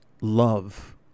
love